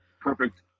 perfect